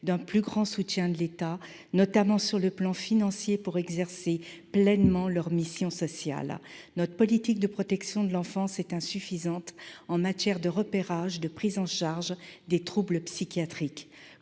d'un plus grand soutien de l'État, notamment sur le plan financier, pour exercer pleinement leurs missions sociales. Notre politique de protection de l'enfance est insuffisante en matière de repérage et de prise en charge des troubles psychiatriques.